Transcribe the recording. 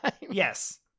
Yes